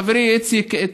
חברי איציק,